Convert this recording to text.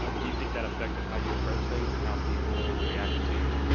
ah um do you think that affected how you approached things and how people reacted to you?